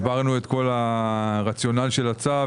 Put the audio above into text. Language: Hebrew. הסברנו את רציונל הצו,